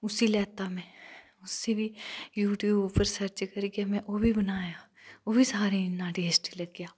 उस्सी लैता में उस्सी बी यूटयूब पर सर्च करियै ओह् बी बनाया ओह् बी सारें गी इन्ना टेस्टी लग्गेआ